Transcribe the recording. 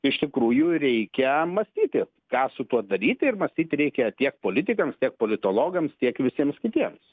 iš tikrųjų reikia mąstyti ką su tuo daryti ir mąstyti reikia tiek politikams tiek politologams tiek visiems kitiems